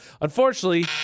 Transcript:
Unfortunately